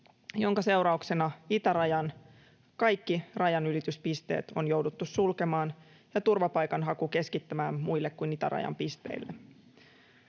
jonka seurauksena itärajan kaikki rajanylityspisteet on jouduttu sulkemaan ja turvapaikanhaku keskittämään muille kuin itärajan pisteille.